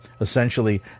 essentially